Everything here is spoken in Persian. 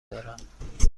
دارم